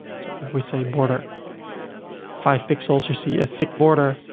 so if we say border five pixels, you see a thick border.